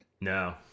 No